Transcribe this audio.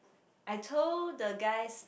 I told the guys